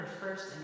first